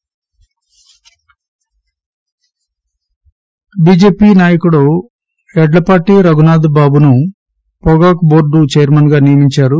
tobacco BJP నాయకుడు యడ్లపాటి రఘునాథబాబును పొగాకు బోర్గు చైర్మన్గా నియమించారు